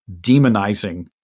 demonizing